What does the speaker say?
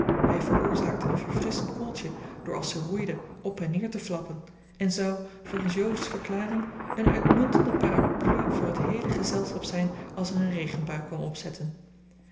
hij veroorzaakte een verfrisschend koeltje door als ze roeide op en neer te flappen en zou volgens jo's verklaring een uitmuntende parapluie voor het heele gezelschap zijn als er een regenbui kwam opzetten